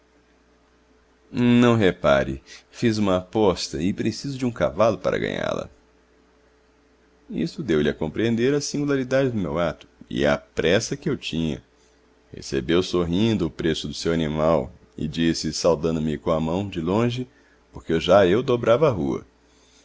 não repare fiz uma aposta e preciso de um cavalo para ganhá-la isto deu-lhe a compreender a singularidade do meu ato e a pressa que eu tinha recebeu sorrindo o preço do seu animal e disse saudando me com a mão de longe porque já eu dobrava a rua